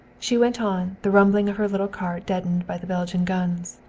she went on, the rumbling of her little cart deadened by the belgian guns.